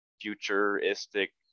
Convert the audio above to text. futuristic